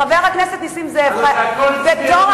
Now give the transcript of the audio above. חבר הכנסת נסים זאב, הרי זה הכול צביעות.